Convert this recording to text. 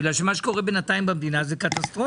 מה שקורה בינתיים במדינה, זה קטסטרופה.